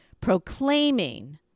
Proclaiming